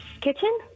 Kitchen